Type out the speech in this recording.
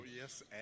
Yes